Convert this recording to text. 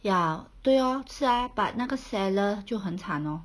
ya 对咯是啊 but 那个 seller 就很惨咯